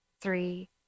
Three